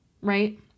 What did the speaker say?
right